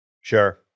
Sure